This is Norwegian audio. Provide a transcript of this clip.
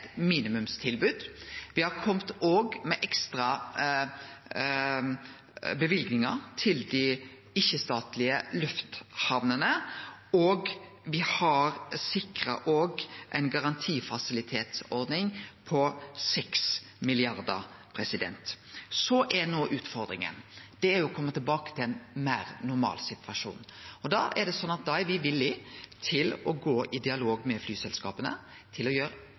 har òg kome med ekstra løyvingar til dei ikkje-statlege lufthamnene, og me har sikra ei garantifasilitetsordning på 6 mrd. kr. Utfordringa er å kome tilbake til ein meir normal situasjon. Da er me villige til å gå i dialog med flyselskapa for å gjere